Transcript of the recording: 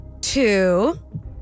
Two